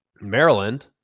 Maryland